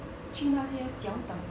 去那些小岛